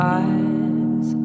eyes